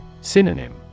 Synonym